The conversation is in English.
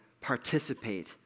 participate